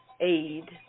aid